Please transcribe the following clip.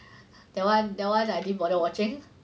that one that one I didn't bother watching